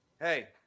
hey